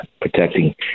protecting